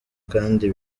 kandi